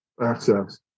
access